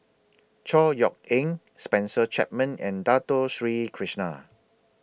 Chor Yeok Eng Spencer Chapman and Dato Sri Krishna